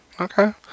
Okay